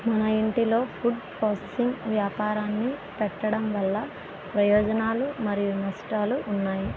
మన ఇంటిలో food processing వ్యాపారాన్ని పెట్టడం వల్ల ప్రయోజనాలు మరియు నష్టాలు ఉన్నాయి